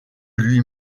lui